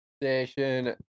station